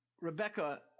Rebecca